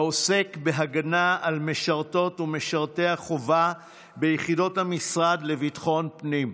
העוסק בהגנה על משרתות ומשרתי החובה ביחידות המשרד לביטחון פנים.